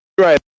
right